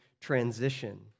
transition